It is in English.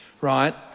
right